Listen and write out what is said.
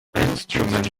instrument